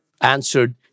answered